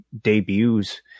debuts